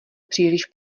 příliš